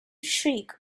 shriek